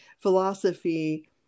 philosophy